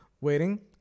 waiting